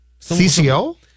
CCO